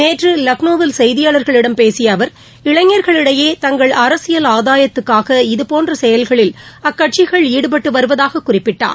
நேற்று லக்னோவில் செய்தியாளா்களிடம் பேசிய தங்கள் அரசியல் ஆதாயத்துக்காக இதுபோன்ற செயல்களில் அக்கட்சிகள் ஈடுபட்டு வருவதாகக் குறிப்பிட்டார்